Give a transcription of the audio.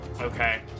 Okay